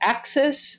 Access